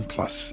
Plus